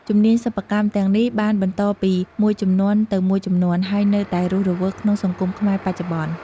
ជំនាញសិប្បកម្មទាំងនេះបានបន្តពីមួយជំនាន់ទៅមួយជំនាន់ ហើយនៅតែរស់រវើកក្នុងសង្គមខ្មែរបច្ចុប្បន្ន។